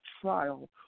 trial